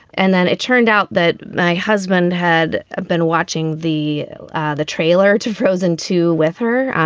and then it turned out that my husband had been watching the ah the trailer too frozen to with her.